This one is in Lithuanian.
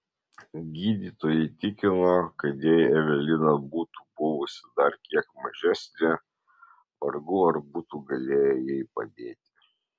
gydytojai tikino kad jei evelina būtų buvusi dar kiek mažesnė vargu ar būtų galėję jai padėti